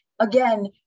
again